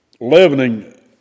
leavening